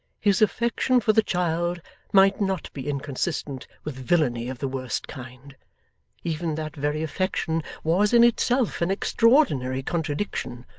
his affection for the child might not be inconsistent with villany of the worst kind even that very affection was in itself an extraordinary contradiction,